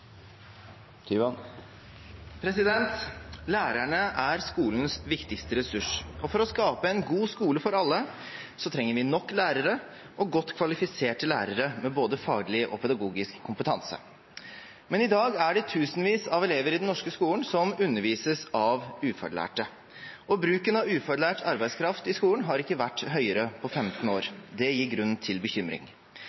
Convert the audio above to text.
skolens viktigste ressurs. For å skape en god skole for alle trenger vi nok lærere og godt kvalifiserte lærere, med både faglig og pedagogisk kompetanse. Men i dag er det tusenvis av elever i den norske skolen som undervises av ufaglærte. Bruken av ufaglært arbeidskraft i skolen har ikke vært så høy på 15 år.